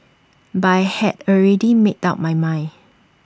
but I had already made up my mind